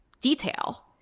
detail